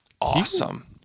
awesome